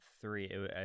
three